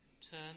turn